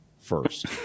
first